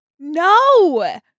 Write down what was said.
no